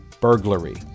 burglary